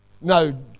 no